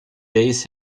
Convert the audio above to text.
days